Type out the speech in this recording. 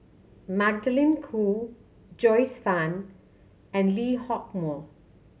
Magdalene Khoo Joyce Fan and Lee Hock Moh